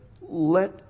Let